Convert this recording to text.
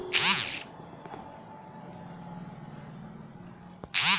पाँच लाख के जमीन एके साल में दुगुना तिगुना पईसा देत बिया